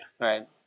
Right